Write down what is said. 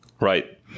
right